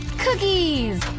cookies!